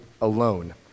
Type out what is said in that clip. alone